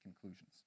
conclusions